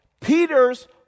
Peter's